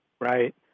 Right